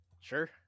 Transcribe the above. sure